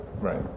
Right